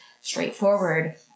straightforward